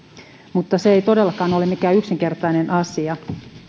mutta se ei todellakaan ole mikään yksinkertainen asia